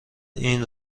این